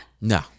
no